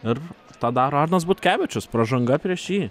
ir tą daro arnas butkevičius pražanga prieš jį